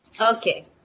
Okay